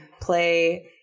play